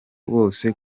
bose